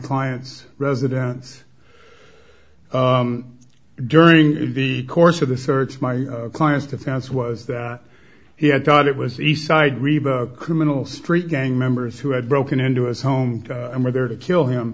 client's residence during the course of the search my client's defense was that he had thought it was eastside riba criminal street gang members who had broken into his home and were there to kill him